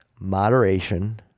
moderation